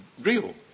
real